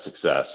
success